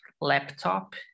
laptop